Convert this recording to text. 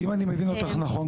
אם אני מבין אותך נכון,